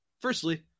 Firstly